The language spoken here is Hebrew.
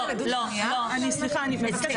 סליחה.